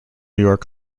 york